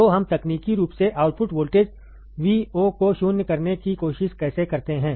तो हम तकनीकी रूप से आउटपुट वोल्टेज Vo को शून्य करने की कोशिश कैसे करते हैं